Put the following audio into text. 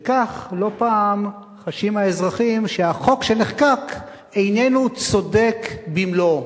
וכך לא פעם חשים האזרחים שהחוק שנחקק איננו צודק במלואו.